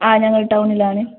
ആ ഞങ്ങൾ ടൗണിലാണ്